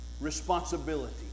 Responsibility